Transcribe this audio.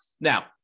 Now